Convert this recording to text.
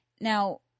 Now